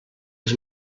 les